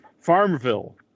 Farmville